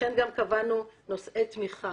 לכן גם קבענו נושאי תמיכה